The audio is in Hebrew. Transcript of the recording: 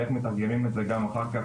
ואיך מתרגמים את זה גם אחר כך,